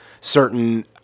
certain